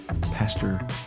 Pastor